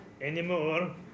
Anymore